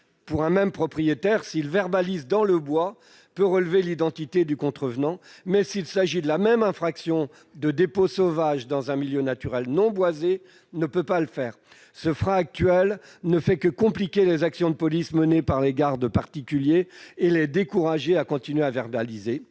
pour un même propriétaire, s'il verbalise dans le bois, peut relever l'identité du contrevenant, mais s'il s'agit de la même infraction de dépôts sauvages dans un milieu naturel non boisé, ne peut pas le faire. Ce frein ne fait que compliquer les actions de police menées par les gardes particuliers et les décourage de continuer à verbaliser.